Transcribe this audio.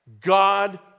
God